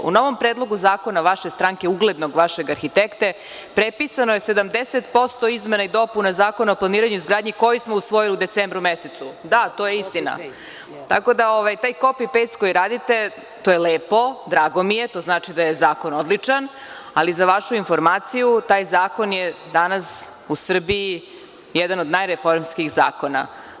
U novom predlogu zakona vaše stranke, uglednog vašeg arhitekte, prepisano je 70% izmena i dopuna Zakona o planiranju i izgradnji koji smo usvojili u decembru mesecu, da to je istina tako da taj kopi-pejst koji radite to je lepo, drago mi je, to znači da je zakon odličan, ali za vašu informaciju taj zakon je danas u Srbiji jedan od najreformskijih zakona.